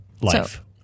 life